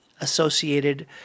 associated